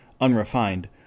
unrefined